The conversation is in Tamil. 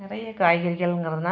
நிறைய காய்கறிகள்ங்கிறதுனால்